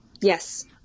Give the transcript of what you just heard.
Yes